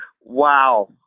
Wow